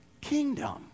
kingdom